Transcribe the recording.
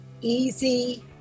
easy